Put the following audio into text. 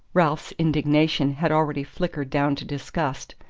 ralph's indignation had already flickered down to disgust.